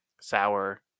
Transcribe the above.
sour